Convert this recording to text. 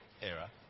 era